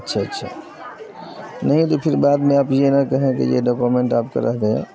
اچھا اچھا نہیں تو پھر بعد میں آپ یہ نہ کہیں کہ یہ ڈاکومینٹ آپ کا رہ گئے